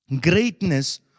Greatness